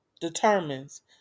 determines